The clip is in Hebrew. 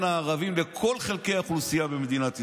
הערבים ובין כל חלקי האוכלוסייה במדינת ישראל.